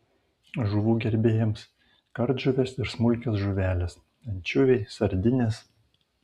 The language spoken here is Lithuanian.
žuvų gerbėjams kardžuvės ir smulkios žuvelės ančiuviai sardinės